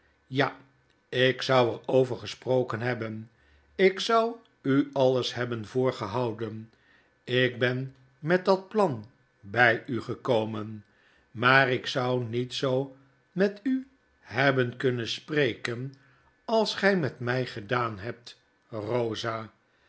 flja ik zou er over gesproken hebben ik zou u alles hebben voorgehouden ik ben met dat plan by u gekomen maar ik zou niet zoo met u hebben kunnen spreken als gy met my gedaan hebt rosa